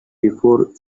before